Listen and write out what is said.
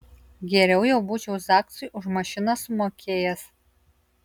geriau jau būčiau zaksui už mašiną sumokėjęs